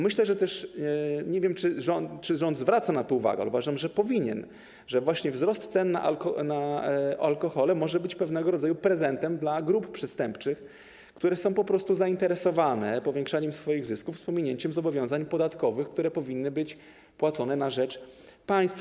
Myślę - nie wiem, czy rząd zwraca na to uwagę, ale uważam, że powinien - że właśnie wzrost cen na alkohole może być pewnego rodzaju prezentem dla grup przestępczych, które są zainteresowane powiększaniem swoich zysków z pominięciem zobowiązań podatkowych, które powinny być płacone na rzecz państwa.